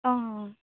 অঁ অঁ